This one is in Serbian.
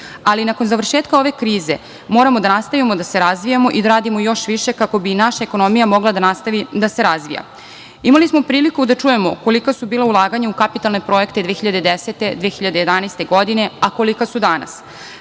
ali nakon završetka ove krize moramo da nastavio da se razvijamo i da radimo još više kako bi naša ekonomija mogla da nastavi da se razvija. Imali smo priliku da čujemo kolika su bila ulaganja u kapitalne projekte 2010, 2011. godine, a kolika su danas.